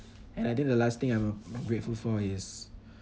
and I think the last thing I'm grateful for is